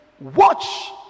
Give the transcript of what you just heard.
watch